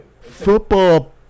Football